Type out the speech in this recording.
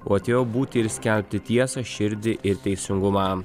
o atėjo būti ir skelbti tiesą širdį ir teisingumą